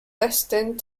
destined